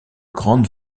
grande